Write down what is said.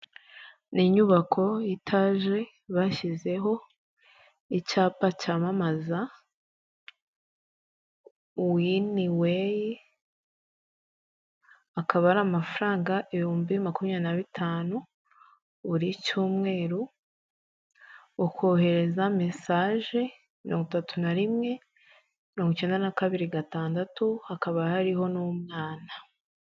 N'inyubako y'itaje bashyizeho icyapa cy'amamaza uwiniwey akaba ari amafaranga ibihumbi makumyabiri na bitanu buri cyumweru ukohereza message mirongo nitatu nari rimwe mirongo icyenda na kabiri ,gatandatu hakaba hariho n'umwana